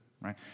right